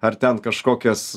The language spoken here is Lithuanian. ar ten kažkokias